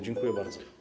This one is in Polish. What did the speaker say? Dziękuję bardzo.